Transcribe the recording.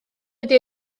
wedi